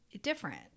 different